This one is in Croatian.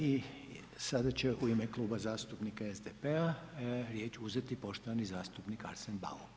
I sada će u ime Kluba zastupnika SDP-a riječ uzeti poštovani zastupnik Arsen Bauk.